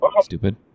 Stupid